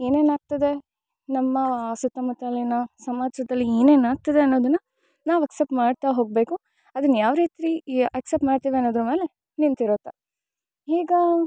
ಏನೇನಾಗ್ತಿದೆ ನಮ್ಮ ಸುತ್ತಮುತ್ತಲಿನ ಸಮಾಜದಲ್ಲಿ ಏನೇನಾಗ್ತಿದೆ ಅನ್ನೋದನ್ನು ನಾವು ಅಕ್ಸೆಪ್ಟ್ ಮಾಡ್ತಾ ಹೋಗಬೇಕು ಅದನ್ನು ಯಾವರೀತಿ ಅಕ್ಸೆಪ್ಟ್ ಮಾಡ್ತೀವಿ ಅನ್ನೋದರ ಮೇಲೆ ನಿಂತಿರುತ್ತೆ ಈಗ